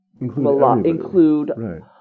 include